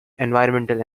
environmental